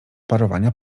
parowania